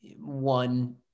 one